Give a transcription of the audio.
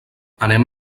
anem